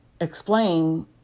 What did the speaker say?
explain